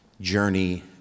journey